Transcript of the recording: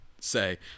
say